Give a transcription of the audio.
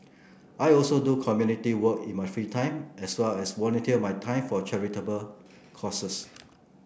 I also do community work in my free time as well as volunteer my time for charitable causes